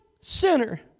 sinner